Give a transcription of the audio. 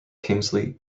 kingsley